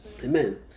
Amen